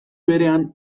berean